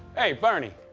hey, bernie,